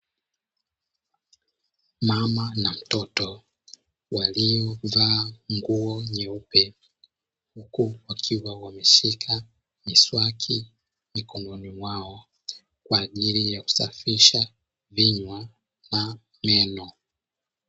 Mama na mtoto waliovaa nguo nyeupe, huku wakiwa wameshika miswaki mikononi mwao kwaajili ya kusafisha vinywa na meno.